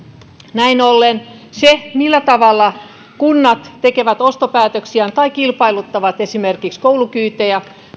näin ollen se millä tavalla kunnat tekevät ostopäätöksiään tai kilpailuttavat esimerkiksi koulukyytejä